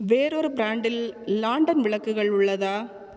வேறொரு ப்ராண்டில் லான்டன் விளக்குகள் உள்ளதா